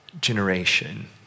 generation